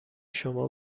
شما